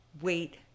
wait